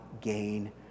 gain